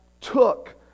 took